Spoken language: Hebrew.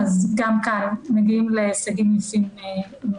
אני אתייחס בקצרה למקום שבו אנחנו נמצאים מבחינת יישום החוק: